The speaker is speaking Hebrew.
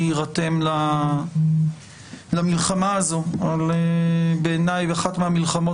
להירתם למלחמה הזאת שבעיניי היא אחת המלחמות